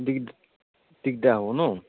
দিগদাৰ হ'ব ন